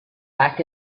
back